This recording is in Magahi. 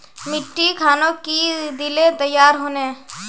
मिट्टी खानोक की दिले तैयार होने?